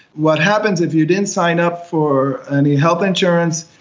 what happens if you didn't sign up for any health insurance,